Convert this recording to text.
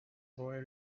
boy